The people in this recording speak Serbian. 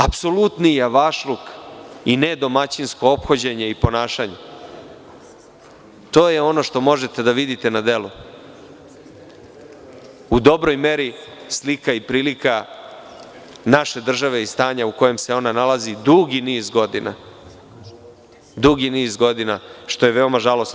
Apsolutni javašluk i nedomaćinsko ophođenje i ponašanje, to je ono što možete da vidite na delu, u dobroj meri slika i prilika naše države i stanja u kojem se ona nalazi dugi niz godina, što je veoma žalosno.